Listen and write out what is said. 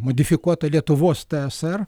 modifikuota lietuvos tsr